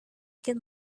can